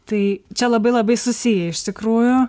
tai čia labai labai susiję iš tikrųjų